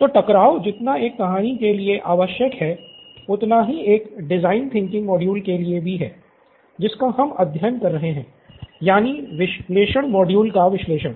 तो टकराव जितना एक कहानी के लिए आवश्यक है उतना ही इस डिज़ाइन थिंकिंग मोडुल के लिए भी है जिसका हम अध्ययन कर रहे है यानि विश्लेषण मॉड्यूल का विश्लेषण